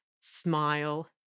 smile